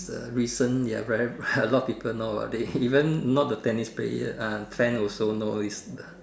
is a recent ya very a lot of people know about it even not the tennis player uh fan also know it's a